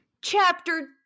Chapter